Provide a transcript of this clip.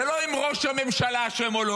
זה לא אם ראש הממשלה אשם או לא.